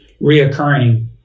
reoccurring